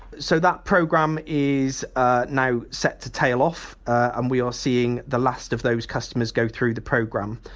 so, that programme is ah now set to tail off and we are seeing the last of those customers go through the programme.